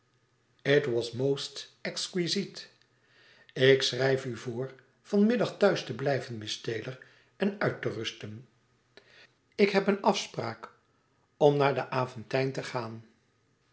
it was most exquisite ik schrijf u voor vanmiddag thuis te blijven miss taylor en uit te rusten ik heb een afspraak om naar den aventijn te gaan